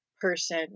person